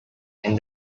and